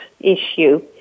issue